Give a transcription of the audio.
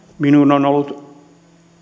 minun on ollut